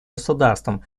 государством